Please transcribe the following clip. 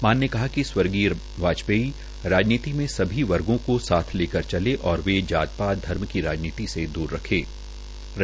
मान ने कहा कि स्वर्गीय वाजपेयी राजनीति में सभी वर्गो को साथ लेकर चले और वे जात पात धर्म की राजनीति से दूर रहे